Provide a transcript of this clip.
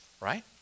Right